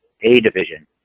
A-Division